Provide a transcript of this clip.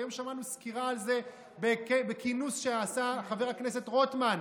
היום שמענו סקירה על זה בכינוס שעשה חבר הכנסת רוטמן.